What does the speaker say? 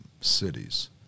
cities